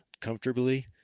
comfortably